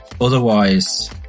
Otherwise